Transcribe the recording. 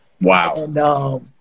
Wow